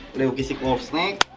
leucistic wolfsnake,